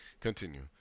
Continue